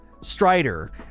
Strider